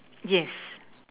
yes